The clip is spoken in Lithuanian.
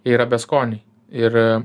yra beskoniai ir